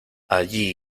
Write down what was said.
allí